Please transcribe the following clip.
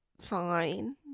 fine